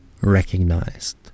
recognized